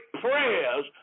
prayers